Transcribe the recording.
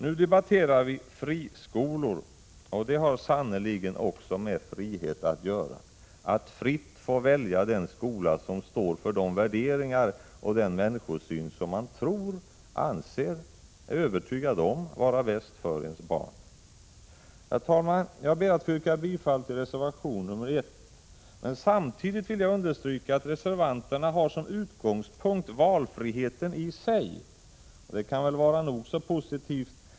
Nu debatterar vi friskolor, och det har sannerligen också med frihet att göra — att fritt få välja den skola som står för de värderingar och den människosyn som man tror, anser och är övertygad om vara bäst för ens barn. Herr talman! Jag ber att få yrka bifall till reservation 1. Samtidigt vill jag understryka att reservanterna har som utgångspunkt valfriheten i sig. Det kan väl vara nog så positivt.